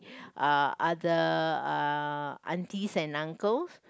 uh other uh aunties and uncles